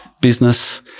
business